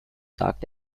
sagt